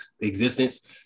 existence